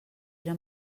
era